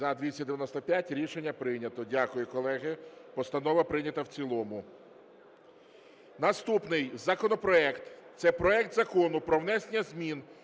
За-295 Рішення прийнято. Дякую, колеги. Постанова прийнята в цілому. Наступний законопроект. Це проект Закону про внесення зміни